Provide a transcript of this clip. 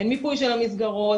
אין מיפוי של המסגרות,